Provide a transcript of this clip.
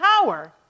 power